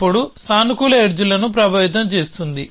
అప్పుడు సానుకూల ఎడ్జ్ లను ప్రభావితం చేస్తుంది